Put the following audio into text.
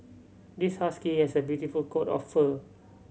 this husky has a beautiful coat of fur